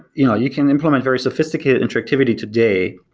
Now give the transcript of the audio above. you know you can implement very sophisticated interactivity today,